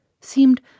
seemed